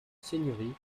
seigneurie